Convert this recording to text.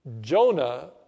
Jonah